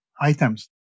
items